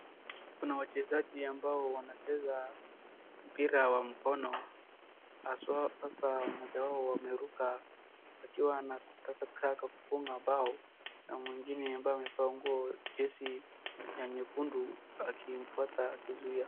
Kuna wachezaji ambao wanacheza mpira wa mkono haswa sasa mmoja wao ameruka akiwa anataka kufunga bao na mwingine ambaye amevaa nguo jezi ya nyekundu akimfuata akizuia.